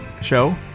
show